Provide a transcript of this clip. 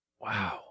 Wow